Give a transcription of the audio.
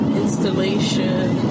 installation